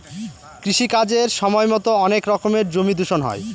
কৃষি কাজের সময়তো অনেক রকমের জমি দূষণ হয়